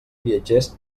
viatgers